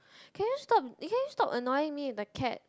can you stop can you stop annoying me with the cat